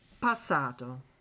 Passato